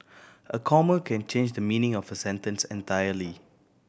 a comma can change the meaning of a sentence entirely